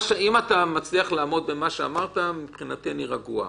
אם אתה מצליח לעמוד במה שאמרת, מבחינתי אני רגוע.